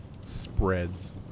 spreads